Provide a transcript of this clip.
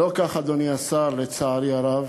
לא כך, אדוני השר, לצערי הרב,